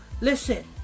listen